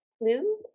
blue